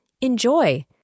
Enjoy